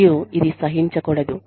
మరియు ఇది సహించకూడదు